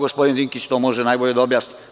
Gospodin Dinkić to može najbolje da objasni.